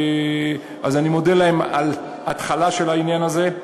אני מודה להם על ההתחלה של העניין הזה.